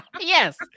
Yes